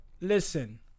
Listen